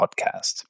podcast